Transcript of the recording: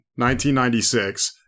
1996